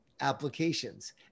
applications